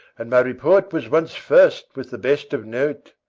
and my report was once first with the best of note.